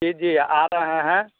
जी जी आ रहे हैं